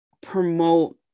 promote